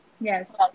yes